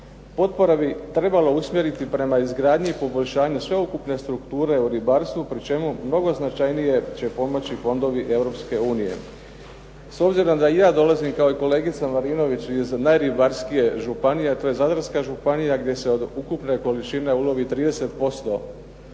Potpore bi trebalo usmjeriti prema izgradnji i poboljšanju sveukupne strukture u ribarstvu pri čemu mnogo značajnije će pomoći fondovi Europske unije. S obzirom da i ja dolazim kao i kolegica Marinović iz najribarskije županije, a to je Zadarska županija, gdje se od ukupne količine ulovi 30%